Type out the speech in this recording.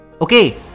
Okay